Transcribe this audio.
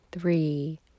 three